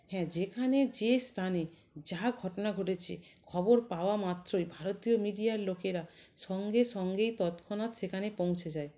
হ্যাঁ যেখানে যে স্থানে যা ঘটনা ঘটেছে খবর পাওয়া মাত্রই ভারতীয় মিডিয়ার লোকেরা সঙ্গে সঙ্গেই তৎক্ষণাৎ সেখানে পৌঁছে যায়